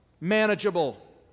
manageable